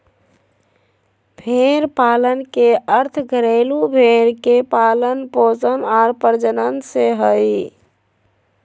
भेड़ पालन के अर्थ घरेलू भेड़ के पालन पोषण आर प्रजनन से हइ